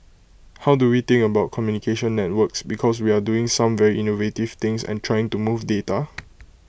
how do we think about communication networks because we are doing some very innovative things and trying to move data